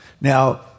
Now